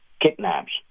kidnaps